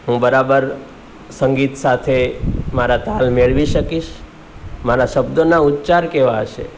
હું બરાબર સંગીત સાથે મારા તાલ મેળવી શકીશ મારા શબ્દોના ઉચ્ચાર કેવા હશે